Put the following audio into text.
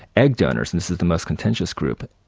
egg donors, and this is the most contentious group,